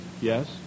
Yes